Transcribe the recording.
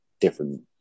different